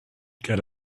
get